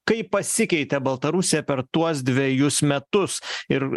kaip pasikeitė baltarusija per tuos dvejus metus ir